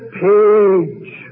page